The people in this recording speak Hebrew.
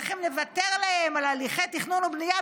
וצריך לוותר להם על הליכי תכנון ובנייה.